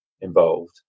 involved